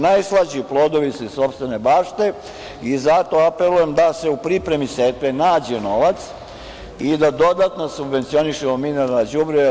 Najslađi plodovi su sopstvene bašte i zato apelujem da se u pripremi setve nađe novac i dodatno subvencionišemo mineralna đubriva.